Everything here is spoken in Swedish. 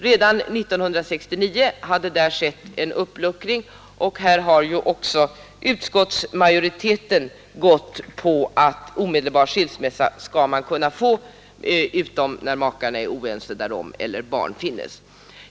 Redan 1969 hade där emellertid skett en uppluckring, och nu har ju också utskottsmajoriteten gått med på att man skall kunna få omedelbar skilsmässa utom när makarna är oense därom eller när barn finns.